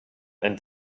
and